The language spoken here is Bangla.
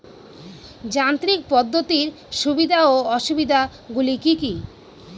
যান্ত্রিক পদ্ধতির সুবিধা ও অসুবিধা গুলি কি কি?